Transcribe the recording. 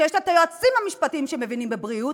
שיש לה יועצים משפטיים שמבינים בבריאות,